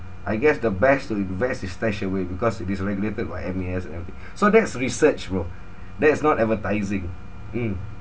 I guess the best to invest is stashaway because it is regulated by M_A_S and everything so that's research bro that is not advertising mm